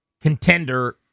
contender